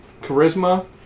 charisma